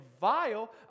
vile